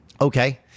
Okay